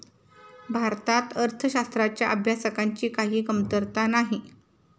भारतात अर्थशास्त्राच्या अभ्यासकांची काही कमतरता नाही